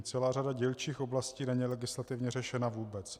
Celá řada dílčích oblastí není legislativně řešena vůbec.